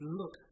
look